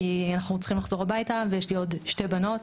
אנחנו צריכים לחזור הביתה ויש לי עוד שתי בנות,